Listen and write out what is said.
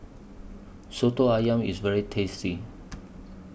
Soto Ayam IS very tasty